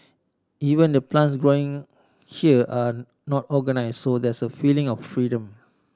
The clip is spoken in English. even the plants growing here are not organise so there's a feeling of freedom